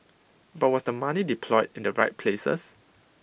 but was the money deployed in the right places